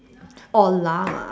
or llama